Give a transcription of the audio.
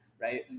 Right